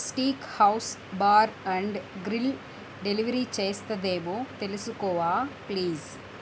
steak house bar and grill delivery చేస్తదేమో తెలుసుకోవా please